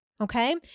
okay